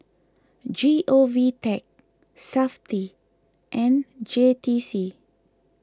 G O V Tech SAFTI and J T C